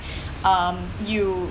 um you